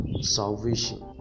salvation